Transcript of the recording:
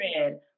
red